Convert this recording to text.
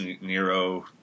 Nero